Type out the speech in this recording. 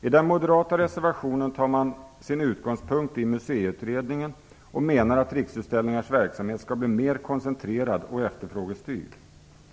I den moderata reservationen tar man sin utgångspunkt i Museiutredningen och menar att Riksutställningars verksamhet skall bli mer koncentrerad och efterfrågestyrd.